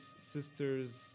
sisters